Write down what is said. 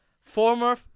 former